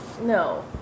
No